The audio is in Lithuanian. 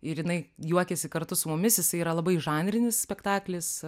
ir jinai juokiasi kartu su mumis jisai yra labai žanrinis spektaklis